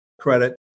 credit